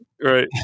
Right